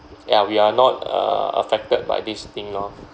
ya we're not uh affected by this thing lor